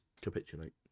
capitulate